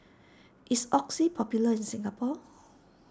is Oxy popular in Singapore